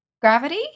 Gravity